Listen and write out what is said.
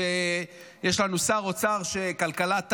כשיש לנו שר אוצר שכלכלת,